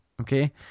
Okay